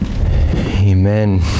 Amen